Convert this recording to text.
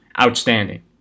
outstanding